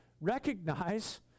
recognize